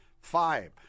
five